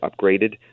upgraded